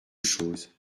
chose